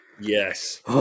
Yes